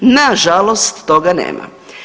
Na žalost toga nema.